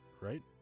Right